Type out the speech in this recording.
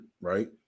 right